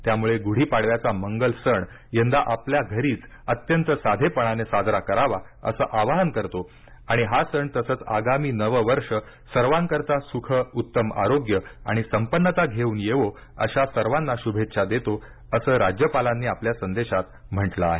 त्यामुळे गुढी पाडव्याचा मंगल सण यंदा आपापल्या घरीच अत्यंत साधेपणाने साजरा करावा असं आवाहन करतो आणि हा सण तसंच आगामी नवे वर्ष सर्वांकरीता सुख उत्तम आरोग्य आणि संपन्नता घेऊन येवो अशा सर्वांना शुभेच्छा देतो असं राज्यपालांनी आपल्या संदेशात म्हटलं आहे